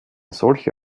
solche